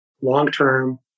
long-term